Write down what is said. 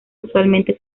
usualmente